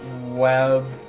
web